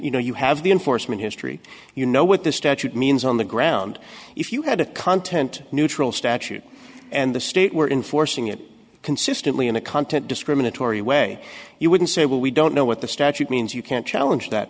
you know you have the enforcement history you know what the statute means on the ground if you had a content neutral statute and the state were enforcing it consistently in a content discriminatory way you wouldn't say well we don't know what the statute means you can't challenge that